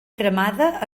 cremada